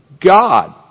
God